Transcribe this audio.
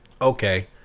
Okay